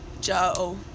Joe